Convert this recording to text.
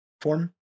form